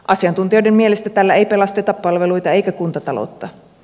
asiantuntijoiden mielestä tällä ei pelasteta palveluita eikä kuntataloutta